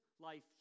life